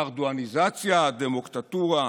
ארדואניזציה, דמוקטטורה.